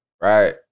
right